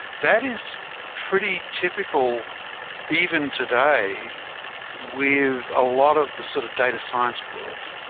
that is pretty typical even today with a lot of the sort of data science world,